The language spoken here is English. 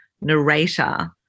narrator